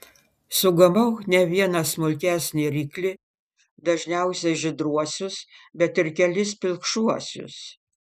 sugavau ne vieną smulkesnį ryklį dažniausiai žydruosius bet ir kelis pilkšvuosius